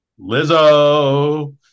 Lizzo